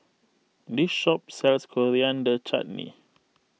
this shop sells Coriander Chutney